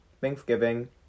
Thanksgiving